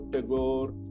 Tagore